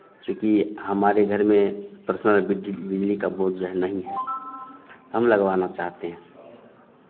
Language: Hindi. क्योंकि हमारे घर में पर्सनल बिजली का बोर्ड जो है नहीं है हम लगवाना चाहते हैं